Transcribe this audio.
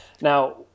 Now